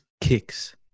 kicks